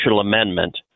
amendment